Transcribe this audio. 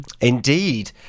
Indeed